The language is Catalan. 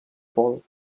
paul